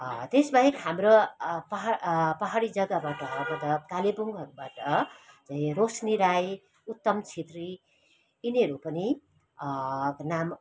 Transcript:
त्यसबाहेक हाम्रो पहा पाहाडी जग्गाबाट कालेबुङहरूबाट चाहिँ रोशनी राई उत्तम छेत्री यिनीहरू पनि नाम